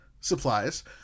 supplies